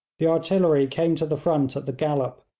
the artillery came to the front at the gallop,